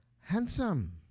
handsome